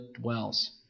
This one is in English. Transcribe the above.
dwells